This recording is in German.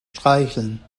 streicheln